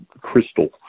crystal